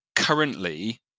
Currently